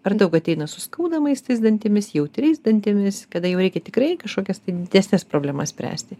ar daug ateina su skaudamais tais dantimis jautriais dantimis kada jau reikia tikrai kažkokias tai didesnes problemas spręsti